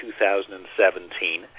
2017